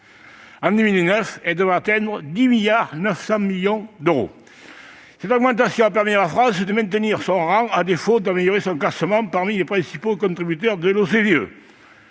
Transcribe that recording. En 2019, elle devrait atteindre 10,9 milliards d'euros. Cette augmentation a permis à la France de maintenir son rang, à défaut d'améliorer son classement, parmi les principaux contributeurs de l'OCDE,